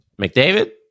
McDavid